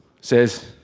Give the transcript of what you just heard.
says